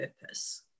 purpose